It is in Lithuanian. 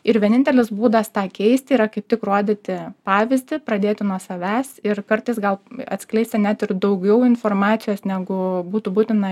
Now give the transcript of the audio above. ir vienintelis būdas tą keisti yra kaip tik rodyti pavyzdį pradėti nuo savęs ir kartais gal atskleisti net ir daugiau informacijos negu būtų būtina